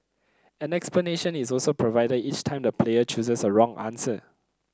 an explanation is also provided each time the player chooses a wrong answer